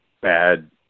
bad